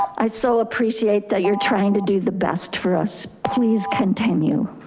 i so appreciate that you're trying to do the best for us. please continue.